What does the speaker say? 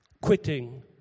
quitting